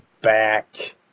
back